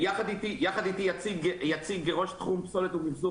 יחד איתי יציג ראש תחום פסולת ומיחזור,